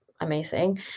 amazing